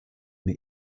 mir